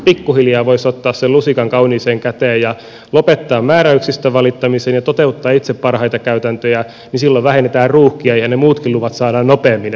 pikkuhiljaa voisi ottaa sen lusikan kauniiseen käteen ja lopettaa määräyksistä valittamisen ja toteuttaa itse parhaita käytäntöjä niin silloin vähennetään ruuhkia ja ne muutkin luvat saadaan nopeammin